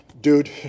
dude